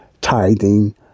Tithing